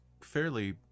fairly